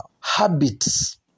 habits